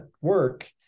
work